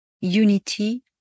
Unity